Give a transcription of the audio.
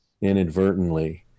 inadvertently